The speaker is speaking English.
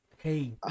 Hey